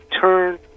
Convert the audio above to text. turn